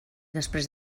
després